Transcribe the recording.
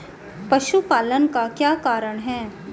पशुपालन का क्या कारण है?